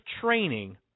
training